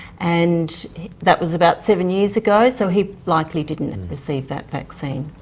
and that was about seven years ago, so he likely didn't receive that vaccine.